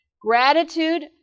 Gratitude